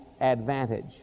advantage